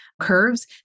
curves